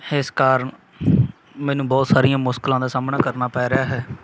ਇਸ ਕਾਰਣ ਮੈਨੂੰ ਬਹੁਤ ਸਾਰੀਆਂ ਮੁਸ਼ਕਿਲਾਂ ਦਾ ਸਾਹਮਣਾ ਕਰਨਾ ਪੈ ਰਿਹਾ ਹੈ